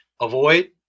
Avoid